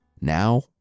now